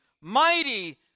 mighty